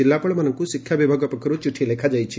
ଜିଲ୍ଲାପାଳମାନଙ୍କୁ ଶିକ୍ଷାବିଭାଗ ପକ୍ଷରୁ ଚିଠି ଲେଖାଯାଇଛି